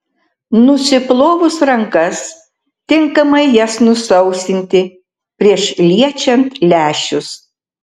nusiplovus rankas tinkamai jas nusausinti prieš liečiant lęšius